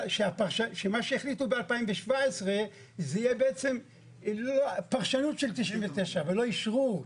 שמה שהחליטו ב-2017 זו תהיה פרשנות של 99' ולא אשרור,